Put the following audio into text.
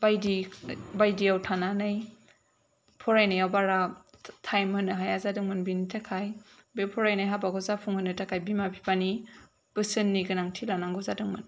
बायदि बायदिआव थानानै फरायनाया बारा टाइम होनो हाया जादोंमोन बेनि थाखाय बे फरायनाय हाबाखौ जाफुंहोनो थाखाय बिमा बिफानि बोसोननि गोनांथि लानांगौ जादोंमोन